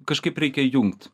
kažkaip reikia jungt